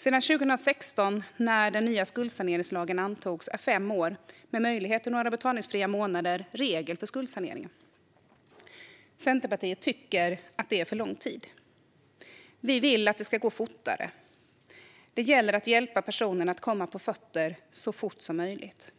Sedan 2016, när den nya skuldsaneringslagen antogs, är fem år - med möjlighet till några betalningsfria månader - regel för skuldsaneringen. Centerpartiet tycker att det är för lång tid. Vi vill att det ska gå fortare. Det gäller att hjälpa personen att komma på fötter så fort som möjligt.